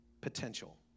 potential